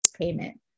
payment